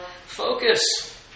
focus